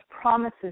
promises